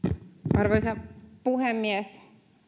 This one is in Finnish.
arvoisa puhemies